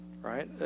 right